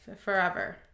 forever